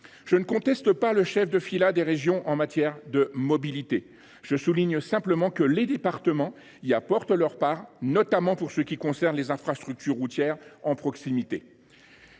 Je ne conteste pas le chef de filât des régions en matière de mobilité. Je souligne simplement que les départements y apportent leur part, notamment pour ce qui concerne les infrastructures routières de proximité.